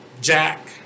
Jack